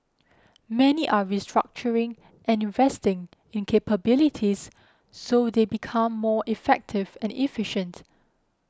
many are restructuring and investing in capabilities so they become more effective and efficient